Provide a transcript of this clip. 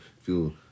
feel